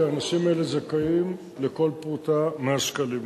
כי האנשים האלה זכאים לכל פרוטה מהשקלים האלה.